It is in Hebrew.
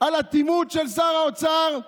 על אטימות של שר האוצר?